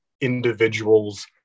individuals